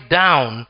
down